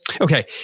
Okay